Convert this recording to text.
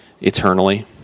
eternally